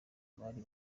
bari